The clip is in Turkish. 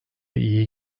iyi